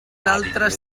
altres